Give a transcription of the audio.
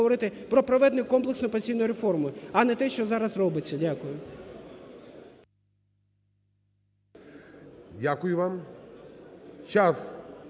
про проведення комплексної пенсійної реформи, а не те, що зараз робиться. Дякую. Веде засідання